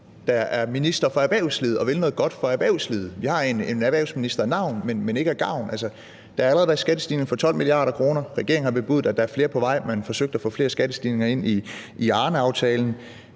der er minister for erhvervslivet og vil noget godt for erhvervslivet. Vi har en erhvervsminister af navn, men ikke af gavn. Der har allerede været skattestigninger for 12 mia. kr. Regeringen har bebudet, at der er flere på vej. Man forsøgte at få flere skattestigninger ind i Arneaftalen.